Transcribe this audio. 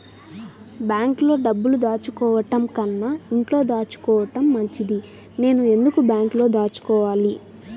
బ్యాంక్లో డబ్బులు దాచుకోవటంకన్నా ఇంట్లో దాచుకోవటం మంచిది నేను ఎందుకు బ్యాంక్లో దాచుకోవాలి?